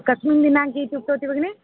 कस्मिन् दिनाङ्के इत्युक्तवती भगिनि